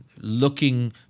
looking